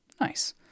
nice